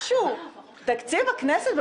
תקציב הכנסת?